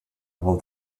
will